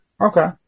Okay